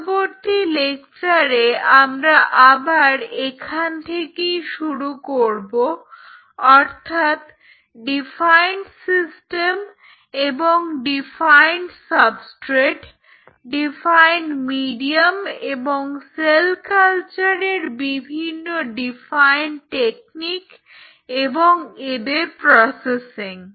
পরবর্তী লেকচারে আমরা আবার এখান থেকেই শুরু করব অর্থাৎ ডিফাইন্ড সিস্টেম এবং ডিফাইন্ড সাবস্ট্রেট ডিফাইন্ড মিডিয়াম এবং সেল কালচারের বিভিন্ন ডিফাইন্ড টেকনিক এবং এদের প্রসেসিং